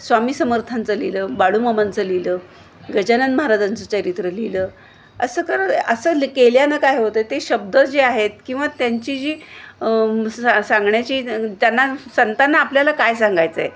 स्वामी समर्थांचं लिहिलं बाळूमामांचं लिहिलं गजानन महाराजांचं चरित्र लिहिलं असं करं असं ल केल्यानं काय होतं ते शब्द जे आहेत किंवा त्यांची जी सा सांगण्याची त्यांना स संतांना आपल्याला काय सांगायचं आहे